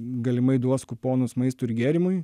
galimai duos kuponus maistui ir gėrimui